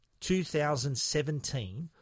2017